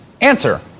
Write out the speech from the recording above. Answer